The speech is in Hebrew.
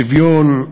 שוויון,